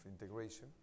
integration